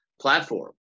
platform